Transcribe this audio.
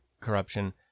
corruption